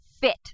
fit